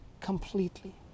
completely